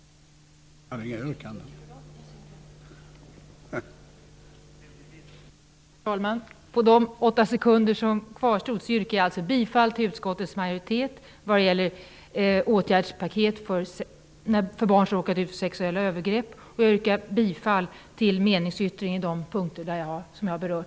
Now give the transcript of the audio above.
Herr talman! Jag yrkar bifall till utskottets hemställan beträffande sexuella övergrepp mot barn samt till min meningsyttring beträffande de punkter som jag här har berört.